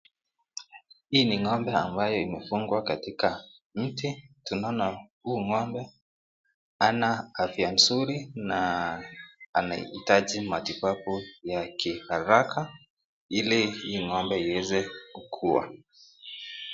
Hii ni ng'ombe ambaye imefungwa katika mti, tunaona huu ng'ombe hana afya nzuri na anahitaji matibabu ya kiharaka ili hii ng'ombe iweze kua.